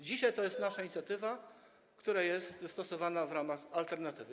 Dzisiaj to jest nasza inicjatywa, która jest dostosowana w ramach alternatywy.